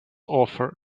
offered